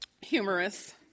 humorous